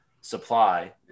supply